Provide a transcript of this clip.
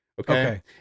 okay